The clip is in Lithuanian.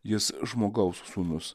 jis žmogaus sūnus